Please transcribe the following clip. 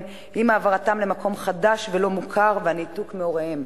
עם העברתם למקום חדש ולא מוכר והניתוק מהוריהם.